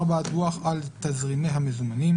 (4) דוח על תזרימי המזומנים,